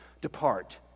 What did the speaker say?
Depart